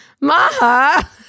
Maha